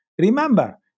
Remember